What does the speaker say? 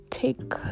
Take